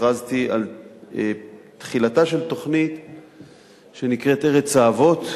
הכרזתי על תחילתה של תוכנית שנקראת "ארץ האבות",